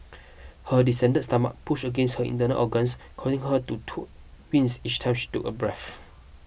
her distended stomach pushed against her internal organs causing her to to wince each time she took a breath